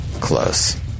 close